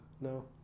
No